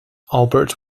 albert